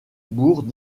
bourgs